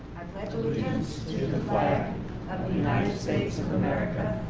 i pledge allegiance to the flag of the united states of america,